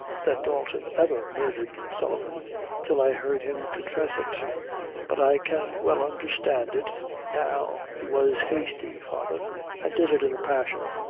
that dalton ever murdered sullivan till i heard him confess it but i can well understand it now. he was hasty, father, and did it in a passion,